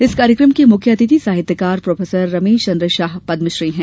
इस कार्यक्रम के मुख्य अतिथि साहित्यकार प्रोफेसर रमेश चन्द्र शाह पद्मश्री है